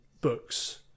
books